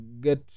get